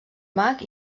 mac